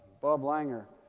bob langer,